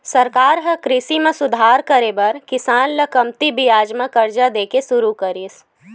सरकार ह कृषि म सुधार करे बर किसान ल कमती बियाज म करजा दे के सुरू करिस